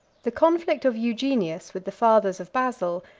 the conflict of eugenius with the fathers of basil,